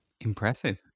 impressive